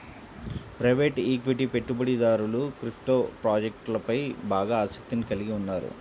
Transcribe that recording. private equity పెట్టుబడిదారులు crypto ప్రాజెక్ట్లపై బాగా ఆసక్తిని కలిగి ఉన్నారు